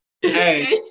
Hey